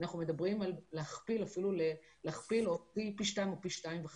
אנחנו מדברים על להכפיל או אפילו פי 2.5 ביום,